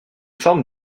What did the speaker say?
forment